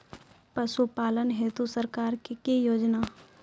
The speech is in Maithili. पशुपालन हेतु सरकार की योजना?